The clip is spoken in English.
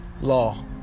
law